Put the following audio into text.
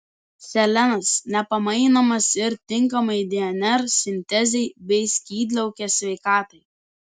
selenas nepamainomas ir tinkamai dnr sintezei bei skydliaukės sveikatai